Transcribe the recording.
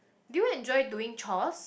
do you enjoy doing chores